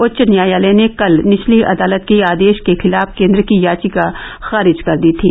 उच्च न्यायालय ने कल निचली अदालत के आदेश के खिलाफ केन्द्र की याचिका खारिज कर दी थी